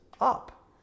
up